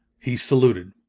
he saluted.